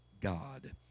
God